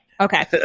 okay